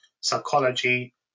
psychology